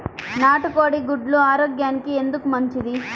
నాటు కోడి గుడ్లు ఆరోగ్యానికి ఎందుకు మంచిది?